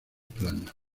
planas